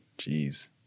Jeez